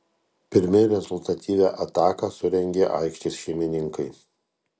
pirmi rezultatyvią ataką surengė aikštės šeimininkai